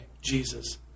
Jesus